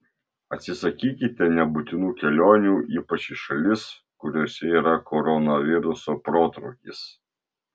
atsisakykite nebūtinų kelionių ypač į šalis kuriose yra koronaviruso protrūkis